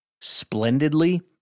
Splendidly